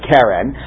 Karen